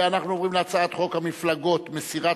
ואנחנו עוברים להצעת חוק המפלגות (מסירת